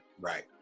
right